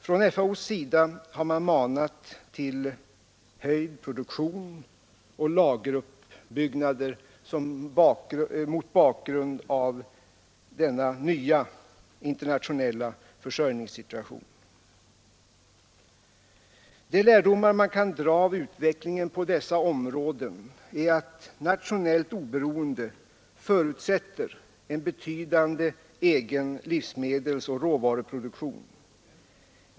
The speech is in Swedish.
Från FAO har man manat till höjd produktion och lageruppbyggnader mot bakgrund av denna nya internationella försörjningssituation. De lärdomar vi kan dra av utvecklingen på dessa områden är, att nationellt oberoende förutsätter en betydande egen livsmedelsoch råvaruproduktion.